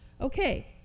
Okay